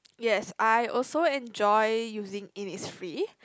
yes I also enjoy using Innisfree